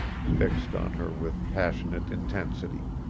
fixed on her with passionate intensity.